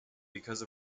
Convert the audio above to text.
because